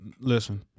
listen